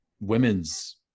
women's